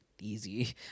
easy